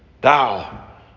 thou